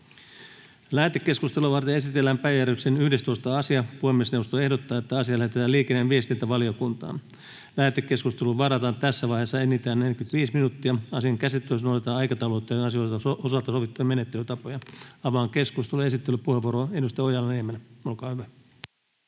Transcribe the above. Lähetekeskustelua varten esitellään päiväjärjestyksen 11. asia. Puhemiesneuvosto ehdottaa, että asia lähetetään liikenne- ja viestintävaliokuntaan. Lähetekeskusteluun varataan tässä vaiheessa enintään 45 minuuttia. Asian käsittelyssä noudatetaan aikataulutettujen asioiden osalta sovittuja menettelytapoja. — Avaan keskustelun. Esittelypuheenvuoro, edustaja Ojala-Niemelä, olkaa hyvä.